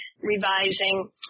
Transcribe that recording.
revising